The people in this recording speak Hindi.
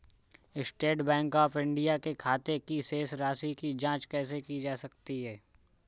स्टेट बैंक ऑफ इंडिया के खाते की शेष राशि की जॉंच कैसे की जा सकती है?